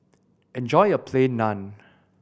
enjoy your Plain Naan